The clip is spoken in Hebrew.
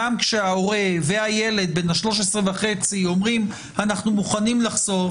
גם כשההורה והילד בן ה-13.5 אומרים "אנחנו מוכנים לחשוף",